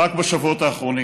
רק בשבועות האחרונים.